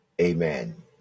Amen